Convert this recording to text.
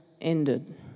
ended